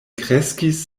kreskis